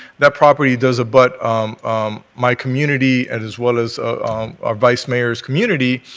that property does abut my community and as well as our vice mayor's community.